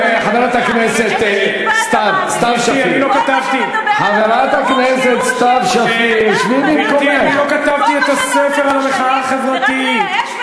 אני חושב שכאשר אדם אומר שזהותו הפלסטינית גוברת על זהותו הישראלית,